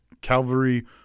Calvary